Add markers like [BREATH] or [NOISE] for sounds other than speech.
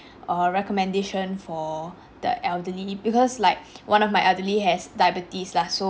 [BREATH] uh recommendation for the elderly because like [BREATH] one of my elderly has diabetes lah so